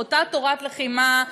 באותה תורת לחימה,